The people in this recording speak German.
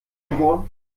geboren